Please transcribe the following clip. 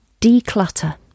Declutter